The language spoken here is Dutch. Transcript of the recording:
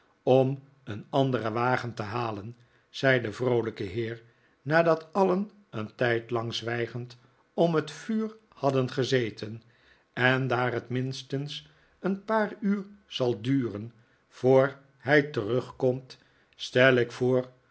om een anderen wagen te halen zei de vroolijke heer nadat alien een tijdlang zwijgend om het vuur hadden gezeten en daar het minstens een paar uur zal duren voor hij terugkomt stel ik voor